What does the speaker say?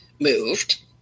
moved